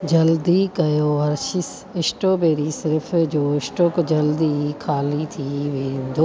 जल्दी कयो Hershey strawberry सिरफ जो स्टॉक जल्द ई ख़ाली थी वेंदो